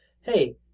Hey